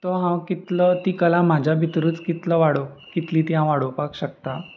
तो हांव कितलो ती कला म्हज्या भितरूच कितलो वाडोवं कितली ती हांव वाडोवपाक शकतां